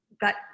got